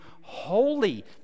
holy